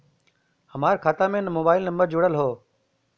हमार खाता में मोबाइल नम्बर जुड़ल हो?